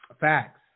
Facts